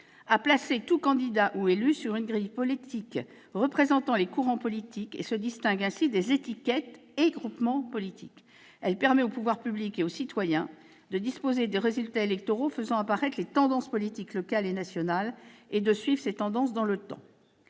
à placer tout candidat ou élu sur une grille politique représentant les courants politiques et se distingue ainsi des étiquettes et des groupements politiques. Elle permet aux pouvoirs publics et aux citoyens de disposer de résultats électoraux faisant apparaître les tendances politiques locales et nationales et de suivre ces tendances dans le temps.